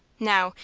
now,